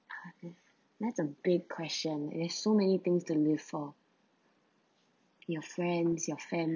uh that's that's a big question there is so many things to live for your friends your fami~